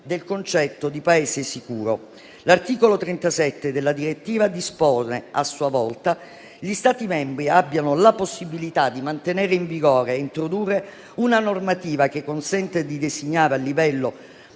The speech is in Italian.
del concetto di Paese sicuro. L'articolo 37 della direttiva dispone, a sua volta, che gli Stati membri abbiano la possibilità di mantenere in vigore e introdurre una normativa che consenta di designare a livello